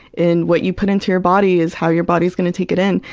in what you put into your body is how your body's gonna take it in.